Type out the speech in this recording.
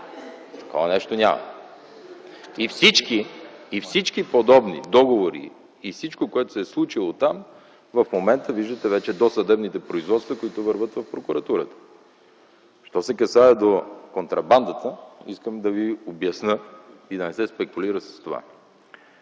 Такова нещо няма. За всички подобни договори и всичко, което се е случило там, в момента виждате вече досъдебните производства, които вървят в прокуратурата. Що се касае до контрабандата, искам да Ви обясня и да не се спекулира с това.